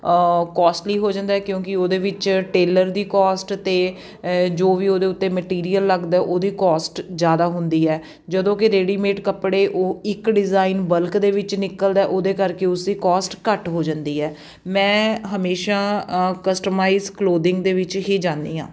costly ਹੋ ਜਾਂਦਾ ਕਿਉਂਕਿ ਉਹਦੇ ਵਿੱਚ ਟੇਲਰ ਦੀ ਕੋਸਟ 'ਤੇ ਜੋ ਵੀ ਉਹਦੇ ਉੱਤੇ ਮਟੀਰੀਅਲ ਲੱਗਦਾ ਉਹਦੀ ਕੋਸਟ ਜ਼ਿਆਦਾ ਹੁੰਦੀ ਹੈ ਜਦੋਂ ਕਿ ਰੇਡੀਮੇਡ ਕੱਪੜੇ ਉਹ ਇੱਕ ਡਿਜ਼ਾਇਨ ਬਲਕ ਦੇ ਵਿੱਚ ਨਿਕਲਦਾ ਉਹਦੇ ਕਰਕੇ ਉਸਦੀ ਕੋਸਟ ਘੱਟ ਹੋ ਜਾਂਦੀ ਹੈ ਮੈਂ ਹਮੇਸ਼ਾ ਕਸਟਮਾਈਜ਼ ਕਲੋਥਿੰਗ ਦੇ ਵਿੱਚ ਹੀ ਜਾਂਦੀ ਹਾਂ